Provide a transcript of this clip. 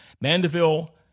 Mandeville